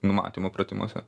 numatymo pratimuose